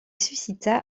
suscita